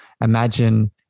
imagine